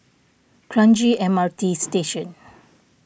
Kranji M R T Station